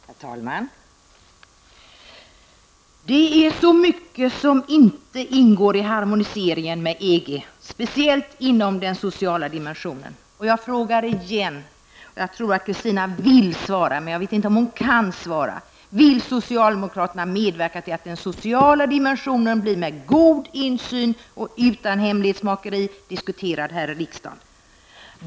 Herr talman! Det är så mycket som inte ingår i harmoniseringen med EG, speciellt inom den sociala dimensionen. Jag frågar igen -- jag tror att Kristina Svensson vill svara, men jag vet inte om hon kan svara -- om socialdemokraterna vill medverka till att den sociala dimensionen blir med god insyn och utan hemlighetsmakeri diskuterad här i riksdagen.